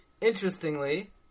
Interestingly